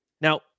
Now